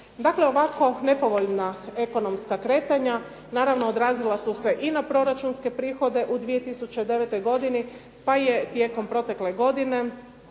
Dakle, ovako nepovoljna ekonomska kretanja naravno odrazile su se i na proračunske prihode u 2009. godini pa je tijekom protekle godine